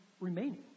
remaining